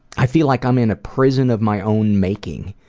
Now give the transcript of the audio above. i feel like i'm in a prison of my own making.